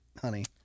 honey